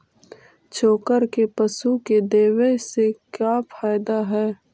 चोकर के पशु के देबौ से फायदा का है?